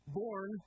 born